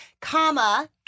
comma